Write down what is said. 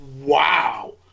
Wow